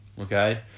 okay